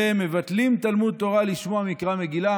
ומבטלים תלמוד תורה לשמוע מקרא מגילה.